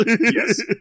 Yes